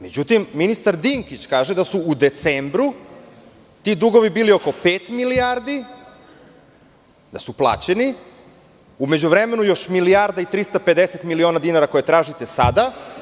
Međutim, ministar Dinkić kaže da su u decembru ti dugovi bili oko pet milijardi, da su plaćeni, u međuvremenu, još milijarda i 350 miliona dinara koje tražite sada.